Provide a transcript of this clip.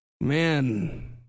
man